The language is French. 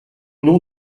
nom